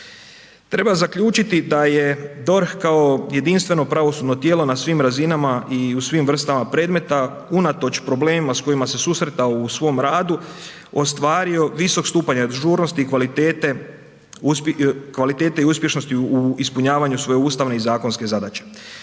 Treba zaključiti da je DORH kao jedinstveno pravosudno tijelo na svim razinama i u svim vrstama predmeta unatoč problemima s kojima se susreta u svom radu, ostvario visok stupanj ažurnosti, kvalitete i uspješnosti u ispunjavanju svoje ustavne i zakonske zadaće.